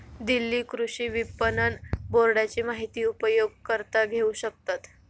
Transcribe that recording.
दिल्ली कृषि विपणन बोर्डाची माहिती उपयोगकर्ता घेऊ शकतत